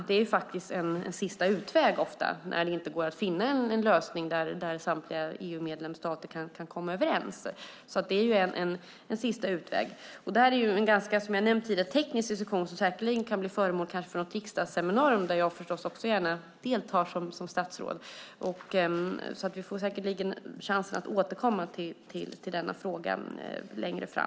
Det är ofta en sista utväg när det inte går att finna en lösning där samtliga EU-medlemsstater kan komma överens. Det här är som sagt en ganska teknisk diskussion som säkert kan bli föremål för ett riksdagsseminarium där jag gärna deltar som statsråd. Vi får alltså sannolikt chans att återkomma till denna fråga längre fram.